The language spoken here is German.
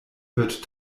wird